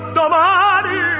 domani